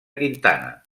quintana